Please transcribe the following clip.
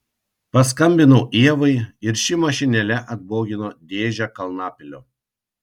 paskambinau ievai ir ši mašinėle atbogino dėžę kalnapilio